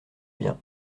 bien